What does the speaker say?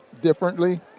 differently